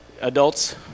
Adults